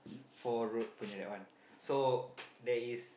four road opening that one so there is